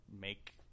make